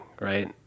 right